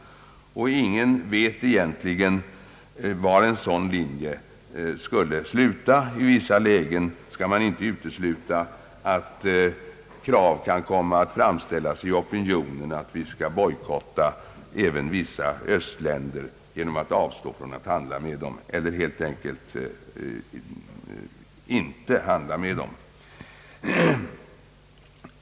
Ingen vet egentligen var en sådan linje skulle sluta. Man kan inte utesluta att opinionskrav i vissa lägen skulle kunna komma att framställas om att vi borde bojkotta även vissa östländer genom att helt enkelt avstå från att handla med dem.